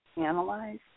analyze